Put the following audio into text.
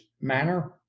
manner